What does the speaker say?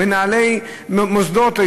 מנהלי מוסדות,